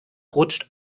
rutscht